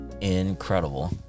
incredible